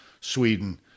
Sweden